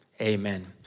amen